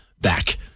back